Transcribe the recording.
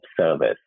service